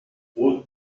route